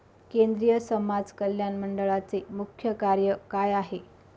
केंद्रिय समाज कल्याण मंडळाचे मुख्य कार्य काय आहे?